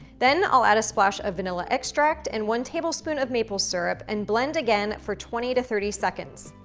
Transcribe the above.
then i'll add a splash of vanilla extract and one table spoon of maple syrup, and blend again for twenty to thirty seconds.